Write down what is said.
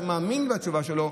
שמאמין בתשובה שלו,